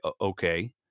okay